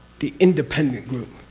the independent group.